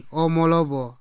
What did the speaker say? omolobo